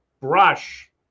brush